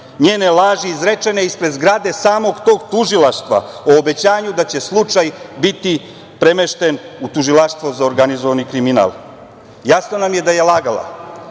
njene laži izrečene ispred zgrade samog tog tužilaštva o obećanju da će slučaj biti premešten u Tužilaštvo za organizovani kriminal. Jasno nam je da je lagala,